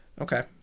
Okay